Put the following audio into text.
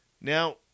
Now